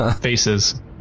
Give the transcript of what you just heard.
faces